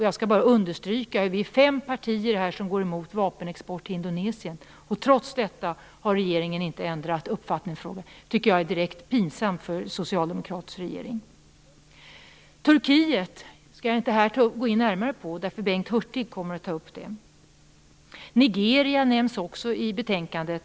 Jag skall bara understryka att vi är fem partier här som går emot vapenexport till Indonesien. Trots detta har regeringen inte ändrat uppfattning i frågan. Det tycker jag är direkt pinsamt för en socialdemokratisk regering. Turkiet skall jag inte gå in närmare på. Det kommer att Bengt Hurtig senare att göra. Nigeria nämns också i betänkandet.